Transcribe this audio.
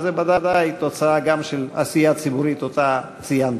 וזה ודאי גם תוצאה של העשייה הציבורית שציינתי.